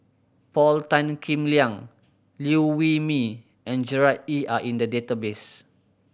Paul Tan Kim Liang Liew Wee Mee and Gerard Ee Are in the database